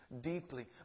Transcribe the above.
deeply